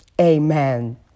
Amen